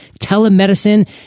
telemedicine